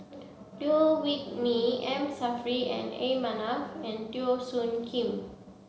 Liew Wee Mee M Saffri A Manaf and Teo Soon Kim